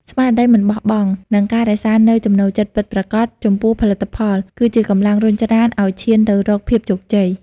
ស្មារតីមិនបោះបង់ និងការរក្សានូវចំណូលចិត្តពិតប្រាកដចំពោះផលិតផល គឺជាកម្លាំងរុញច្រានឱ្យឈានទៅរកភាពជោគជ័យ។